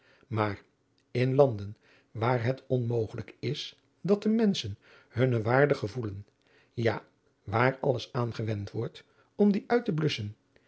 maar in landen waar het onmogelijk is dat de menschen hunne waarde gevoelen ja waar alles aangewend wordt om die uit te